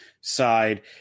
side